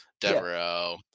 Devereaux